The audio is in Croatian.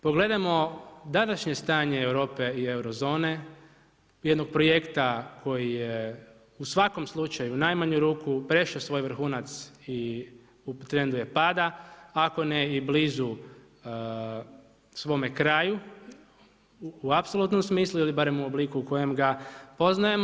Pogledajmo današnje stanje Europe i euro zone, jednog projekta koji je u svakom slučaju, u najmanju ruku prešao svoj vrhunac i u trendu je pada, ako ne i blizu svome kraju u apsolutnom smislu ili barem u obliku u kojem ga poznajemo.